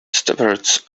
stewards